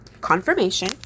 confirmation